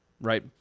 right